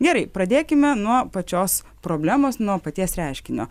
gerai pradėkime nuo pačios problemos nuo paties reiškinio